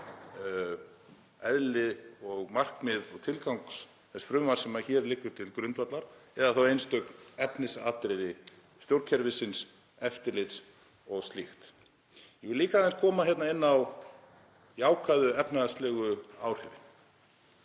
eðli og markmið og tilgang þess frumvarps sem hér liggur til grundvallar eða þá einstök efnisatriði stjórnkerfisins, eftirlits og slíks. Ég vil líka aðeins koma inn á jákvæðu efnahagslegu áhrifin.